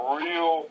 real